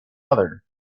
other